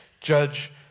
Judge